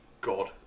god